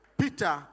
Peter